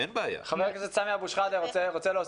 חבר הכנסת סמי אבו שחאדה, בבקשה.